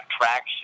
attraction